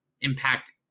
impact